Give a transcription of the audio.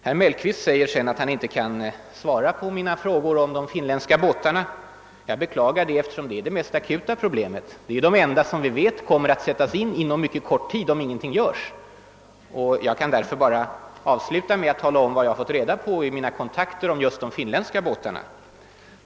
Herr Mellqvist säger sedan att han inte kan svara på mina frågor om de finländska tankbåtarna. Jag beklagar det, eftersom det är det mest akuta problemet. Dessa båtar är de enda som vi vet kan komma att sättas in inom mycket kort tid. Jag kan därför bara sluta med att tala om vad jag har fått reda på vid mina kontakter om just Neste-rederiets fartyg.